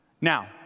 Now